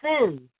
sins